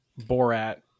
Borat